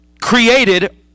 created